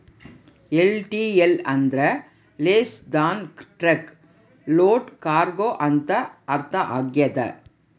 LTL ಅಂದ್ರ less than truck load cargo ಅಂತ ಅರ್ಥ ಆಗ್ಯದ